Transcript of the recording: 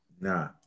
Nah